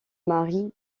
marie